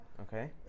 Okay